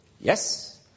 Yes